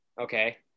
Okay